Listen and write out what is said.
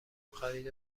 خرید